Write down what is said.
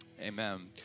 Amen